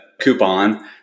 coupon